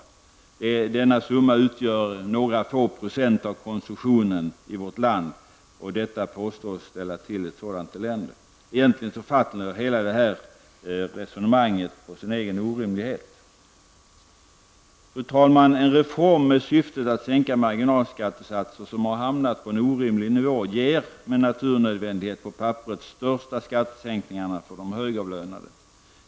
Det är denna summa, utgörande några få procent av konsumtionen i vårt land, som påstås ställa till ett sådant elände. Egentligen faller detta resonemang på sin egen orimlighet. Fru talman! En reform med syftet att sänka marginalskattesatser som hamnat på en orimlig nivå ger med naturnödvändighet på papperet störst skattesänkningar för högavlönade.